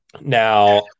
now